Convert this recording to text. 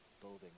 building